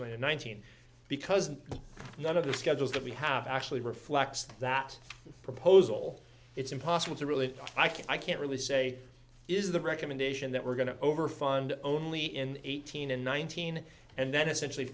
million one thousand because none of the schedules that we have actually reflects that proposal it's impossible to really i can i can't really say is the recommendation that we're going to over fund only in eighteen and nineteen and then essentially